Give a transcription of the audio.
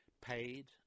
paid